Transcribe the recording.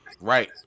Right